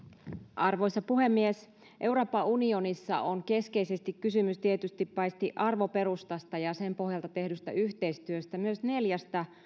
arvoisa puhemies euroopan unionissa on tietysti keskeisesti kysymys paitsi arvoperustasta ja sen pohjalta tehdystä yhteistyöstä myös neljästä